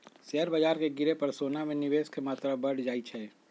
share बाजार के गिरे पर सोना में निवेश के मत्रा बढ़ जाइ छइ